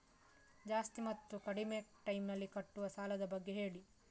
ಜಾಸ್ತಿ ಮತ್ತು ಕಡಿಮೆ ಟೈಮ್ ನಲ್ಲಿ ಕಟ್ಟುವ ಸಾಲದ ಬಗ್ಗೆ ಹೇಳಿ